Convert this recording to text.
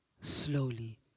slowly